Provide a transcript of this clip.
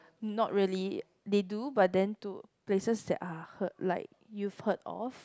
not really they do but then to places they are heard like you heard of